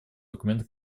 документа